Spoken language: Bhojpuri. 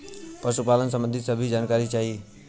पशुपालन सबंधी सभे जानकारी चाही?